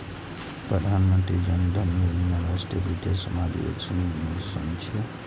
प्रधानमंत्री जन धन योजना राष्ट्रीय वित्तीय समावेशनक मिशन छियै